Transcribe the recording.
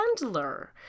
Handler